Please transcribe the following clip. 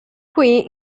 qui